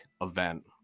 event